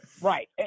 right